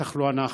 בטח לא אנחנו,